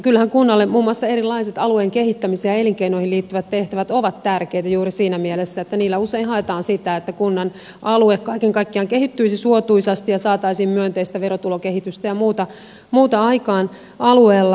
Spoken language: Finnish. kyllähän kunnalle muun muassa erilaiset alueen kehittämis ja elinkeinoihin liittyvät tehtävät ovat tärkeitä juuri siinä mielessä että niillä usein haetaan sitä että kunnan alue kaiken kaikkiaan kehittyisi suotuisasti ja saataisiin myönteistä verotulokehitystä ja muuta aikaan alueella